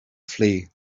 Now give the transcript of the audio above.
flee